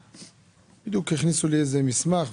בדיוק הכניסו לי איזה מסמך,